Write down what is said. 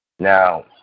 Now